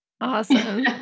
Awesome